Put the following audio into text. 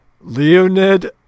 Leonid